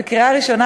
בקריאה ראשונה.